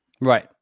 right